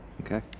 Okay